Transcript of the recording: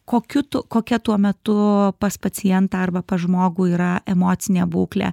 kokiu tu kokia tuo metu pas pacientą arba pas žmogų yra emocinė būklė